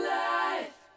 life